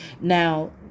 now